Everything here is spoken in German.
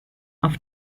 auf